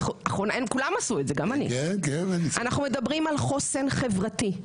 אנחנו מדברים על חוסן חברתי,